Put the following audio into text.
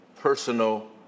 personal